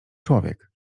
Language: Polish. człowiek